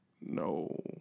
No